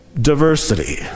Diversity